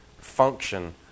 function